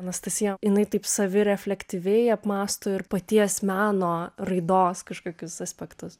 anastasija jinai taip savireflektyviai apmąsto ir paties meno raidos kažkokius aspektus